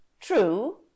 true